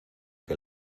que